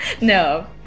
No